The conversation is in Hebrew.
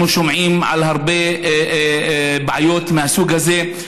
אנחנו שומעים על הרבה בעיות מהסוג הזה.